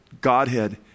Godhead